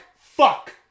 fuck